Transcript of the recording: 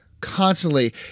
constantly